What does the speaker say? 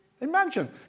Imagine